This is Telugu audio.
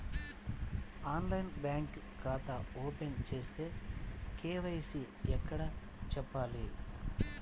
ఆన్లైన్లో బ్యాంకు ఖాతా ఓపెన్ చేస్తే, కే.వై.సి ఎక్కడ చెప్పాలి?